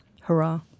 hurrah